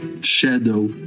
shadow